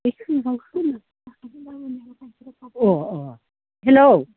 O uh hello